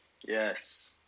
Yes